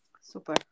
Super